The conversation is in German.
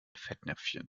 fettnäpfchen